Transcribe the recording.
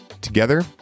Together